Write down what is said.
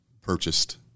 purchased